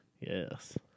Yes